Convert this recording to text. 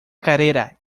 carrera